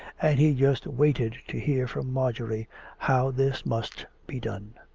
and he just waited to hear from marjorie how this must be done.